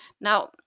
Now